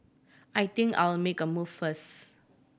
I think I'll make a move first